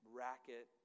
racket